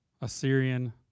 Assyrian